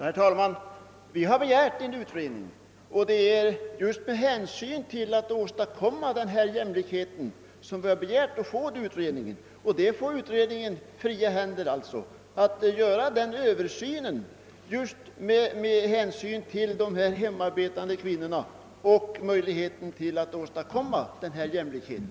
Herr talman! Anledningen till att vi har begärt en utredning är att vi vill åstadkomma social trygghet och jämlikhet för kvinnor som nu saknar detta. Utredningen får fria händer att göra undersökningen med hänsyn till just de hemarbetande kvinnorna och vad vi pekat på i vår motion.